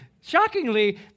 shockingly